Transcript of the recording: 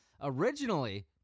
Originally